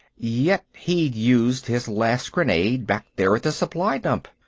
yet he'd used his last grenade back there at the supply dump.